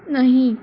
नहीं